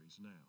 now